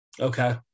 Okay